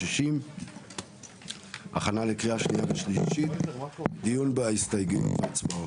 60. הכנה לקריאה ושלישית - דיון בהסתייגויות והצבעות.